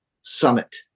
summit